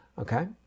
Okay